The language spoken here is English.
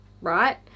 right